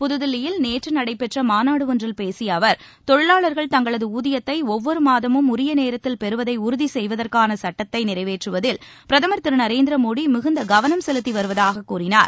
புதுதில்லியில் நேற்று நடைபெற்ற மாநாடு ஒன்றில் பேசிய அவர் தொழிலாளர்கள் தங்களது ஊதியத்தை ஒவ்வொரு மாதமும் உரிய நேரத்தில் பெறுவதை உறுதி செய்வதற்கான சட்டத்தை நிறைவேற்றுவதில் பிரதமர் திரு நரேந்திர மோடி மிகுந்த கவனம் செலுத்தி வருவதாகக் கூறினார்